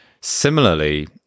Similarly